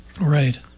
Right